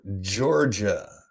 Georgia